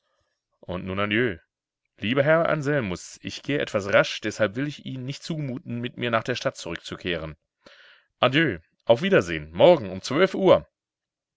und nun adieu lieber herr anselmus ich gehe etwas rasch deshalb will ich ihnen nicht zumuten mit mir nach der stadt zurückzukehren adieu auf wiedersehen morgen um zwölf uhr